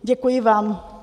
Děkuji vám.